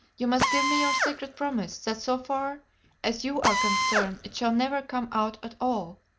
you must give me your sacred promise that so far as you are concerned, it shall never come out at all!